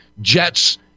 jets